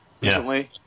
recently